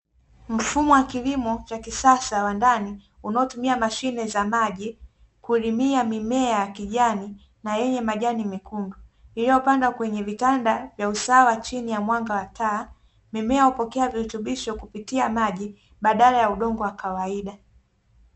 Mfumo wa kilimo cha kisasa wa ndani, unaotumia mashine za maji, kulimia mimea ya kijani na yenye majani mekundu; iliyopandwa kwenye vitanda vya usawa chini ya mwanga wa taa. Mimea hupokea virutubisho kupitia maji badala ya udongo wa kawaida.